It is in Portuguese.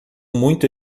muito